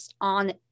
on